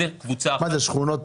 אלה שכונות